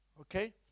Okay